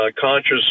conscious